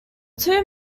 two